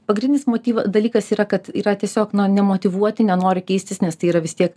pagrindinis motyvo dalykas yra kad yra tiesiog nemotyvuoti nenori keistis nes tai yra vis tiek